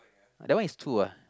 that one is true ah